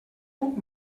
puc